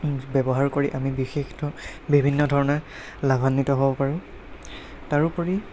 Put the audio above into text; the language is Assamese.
ব্যৱহাৰ কৰি আমি বিশেষ বিভিন্ন ধৰণে লাভান্বিত হ'ব পাৰোঁ তাৰোপৰি